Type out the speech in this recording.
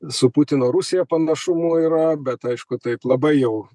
su putino rusija panašumų yra bet aišku taip labai jau